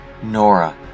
Nora